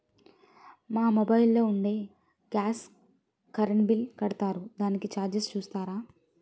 మా మొబైల్ లో నుండి గాస్, కరెన్ బిల్ కడతారు దానికి చార్జెస్ చూస్తారా?